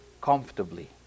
comfortably